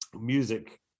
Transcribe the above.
Music